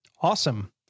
Awesome